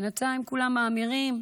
בינתיים כולם מאמירים,